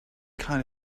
kind